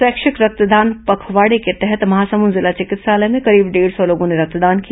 स्वैच्छिक रक्तदान पखवाड़े के तहत महासमुंद जिला चिकित्सालय में करीब डेढ़ सौ लोगों ने रक्तदान किया